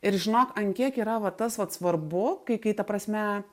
ir žinok ant kiek yra vat tas vat svarbu kai kai ta prasme